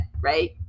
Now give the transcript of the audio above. right